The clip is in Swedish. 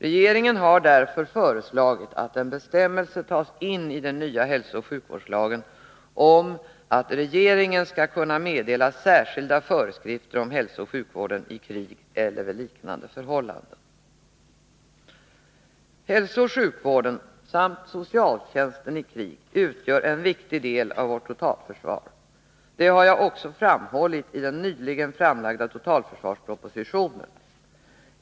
Regeringen har därför föreslagit att en bestämmelse tas in i den nya hälsooch sjukvårdslagen om att regeringen skall kunna meddela särskilda föreskrifter om hälsooch sjukvården i krig eller vid liknande förhållanden. Hälsooch sjukvården samt socialtjänsten i krig utgör en viktig del av vårt totalförsvar. Det har jag också framhållit i den nyligen framlagda totalförsvarspropositionen .